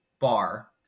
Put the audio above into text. bar